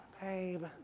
babe